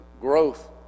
growth